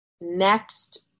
next